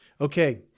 Okay